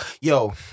yo